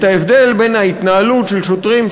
את ההבדל בין ההתנהלות של שוטרים,